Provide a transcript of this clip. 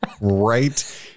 right